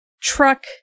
truck